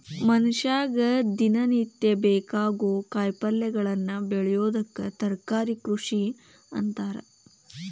ಮನಷ್ಯಾಗ ದಿನನಿತ್ಯ ಬೇಕಾಗೋ ಕಾಯಿಪಲ್ಯಗಳನ್ನ ಬೆಳಿಯೋದಕ್ಕ ತರಕಾರಿ ಕೃಷಿ ಅಂತಾರ